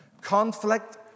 Conflict